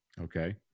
Okay